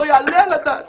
לא יעלה על הדעת